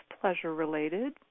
pleasure-related